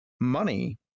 money